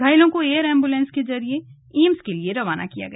घायलों को air ambulance के जरिये एम्स के लिए रवाना किया गया